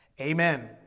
Amen